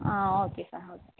ah okay sir okay